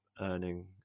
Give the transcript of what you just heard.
earning